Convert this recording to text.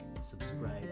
subscribe